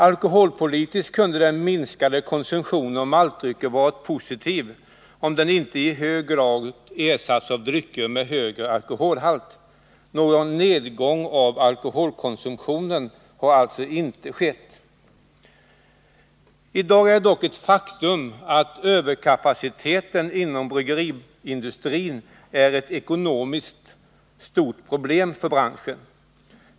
Alkoholpolitiskt kunde den minskade konsumtionen av maltdrycker varit positiv, om den inte i hög grad ersatts av en konsumtion av drycker med högre alkoholhalt. Någon nedgång av alkoholkonsumtionen har alltså inte skett. I dag är det ett faktum att överkapaciteten inom bryggeriindustrin är ett stort ekonomiskt problem för branschen.